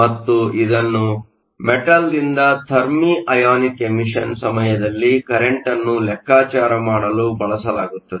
ಮತ್ತು ಇದನ್ನು ಮೆಟಲ್ದಿಂದ ಥರ್ಮಿಅಯೋನಿಕ್ ಎಮಿಷನ್ ಸಮಯದಲ್ಲಿ ಕರೆಂಟ್ ಅನ್ನು ಲೆಕ್ಕಾಚಾರ ಮಾಡಲು ಬಳಸಲಾಗುತ್ತದೆ